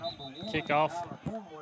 kickoff